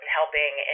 helping